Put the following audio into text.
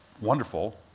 wonderful